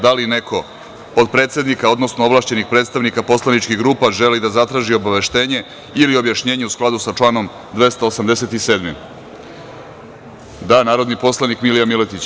Da li neko od predsednika, odnosno ovlašćenih predstavnika poslaničkih grupa želi da zatraži obaveštenje ili objašnjenje, u skladu sa članom 287? (Da.) Narodni poslanik Milija Miletić.